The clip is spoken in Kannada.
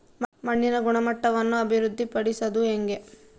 ಮಣ್ಣಿನ ಗುಣಮಟ್ಟವನ್ನು ಅಭಿವೃದ್ಧಿ ಪಡಿಸದು ಹೆಂಗೆ?